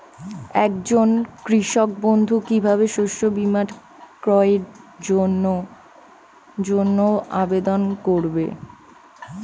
একজন কৃষক বন্ধু কিভাবে শস্য বীমার ক্রয়ের জন্যজন্য আবেদন করবে?